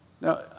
Now